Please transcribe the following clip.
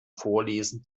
vorlesen